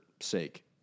sake